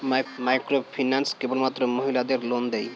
Microfinance কেবলমাত্র মহিলাদের loan দেয়?